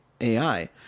AI